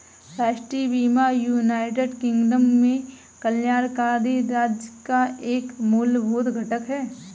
राष्ट्रीय बीमा United Kingdom में कल्याणकारी राज्य का एक मूलभूत घटक है